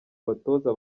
batoza